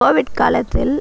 Covid காலத்தில்